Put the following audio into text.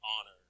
honor